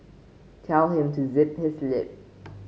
tell him to zip his lip